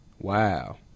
Wow